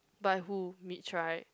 by who Mitch right